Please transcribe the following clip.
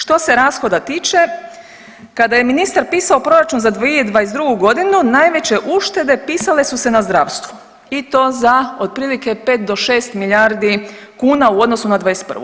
Što se rashoda tiče, kada je ministar pisao proračun za 2022. godinu najveće uštede pisale su se na zdravstvu i to za otprilike za 5 do 6 milijardni kuna u odnosu na '21.